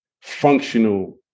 functional